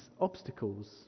obstacles